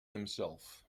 himself